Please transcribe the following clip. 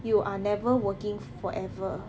you are never working forever